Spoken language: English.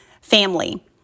family